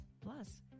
Plus